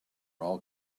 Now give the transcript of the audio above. all